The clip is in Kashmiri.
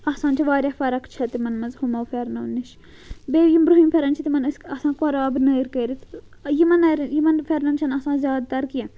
آسان چھِ واریاہ فرق چھےٚ تِمَن منٛز ہُمو پھٮ۪رنَو نِش بیٚیہِ یِم برونٛہِم پھٮ۪رَن چھِ تِمَن أسۍ آسان قۄراب نٔرۍ کٔرِتھ یِمَن نا یِمَن پھٮ۪رنَن چھَنہٕ آسان زیادٕ تَر کینٛہہ